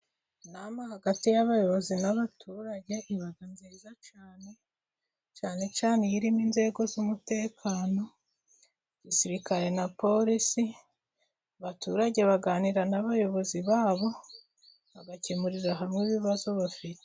Inama hagati y'abayobozi n'abaturage, iba nziza cyane, cyane cyane iyo irimo inzego z'umutekano, igisirikare na polisi, abaturage baganira n'abayobozi babo, bagakemurira hamwe ibibazo bafite.